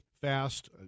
fast